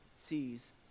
sees